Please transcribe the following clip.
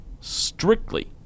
strictly